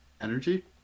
Energy